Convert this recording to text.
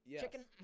chicken